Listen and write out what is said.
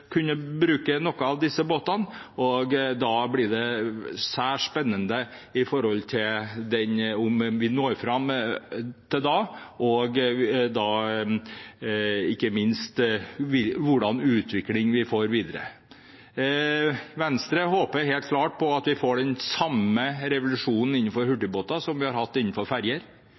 blir særs spennende om vi når det til da, og ikke minst hva slags utvikling vi får videre. Venstre håper helt klart på at vi får den samme revolusjonen i forbindelse med hurtigbåter som vi har hatt med ferjer.